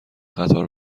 قطار